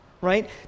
right